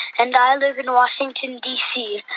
and i live in washington, d c.